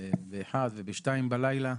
באחת ובשתיים בלילה,